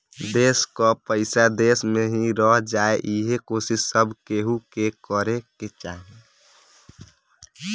देस कअ पईसा देस में ही रह जाए इहे कोशिश सब केहू के करे के चाही